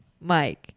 Mike